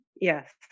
Yes